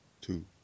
two